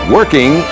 Working